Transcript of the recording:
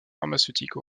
pharmaceutiques